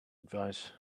advice